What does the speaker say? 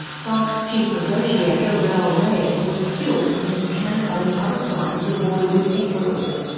farc's chief negotiator, raul reyes was killed in his camp on the other side of the border with ecuador.